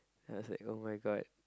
then I was like [oh]-my-god